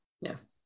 Yes